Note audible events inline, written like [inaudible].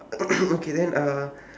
[noise] okay then uh